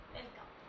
Welcome